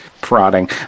prodding